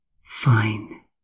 fine